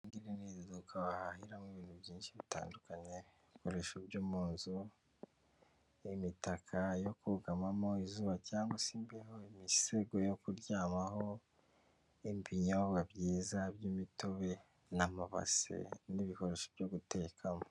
Ni mu iduka wahahiramo ibintu byinshi bitandukanye, ibikoresho byo mu nzu, imitaka yo kugamamo izuba cyangwa se imbeho, imisego yo kuryamaho, ibinyobwa byiza by'imitobe n'amabase n'ibikoresho byo gutekamo.